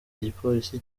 igipolisi